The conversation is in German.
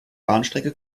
bahnstrecke